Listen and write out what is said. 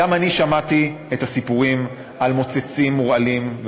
גם אני שמעתי את הסיפורים על מוצצים רעילים,